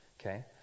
okay